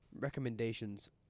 Recommendations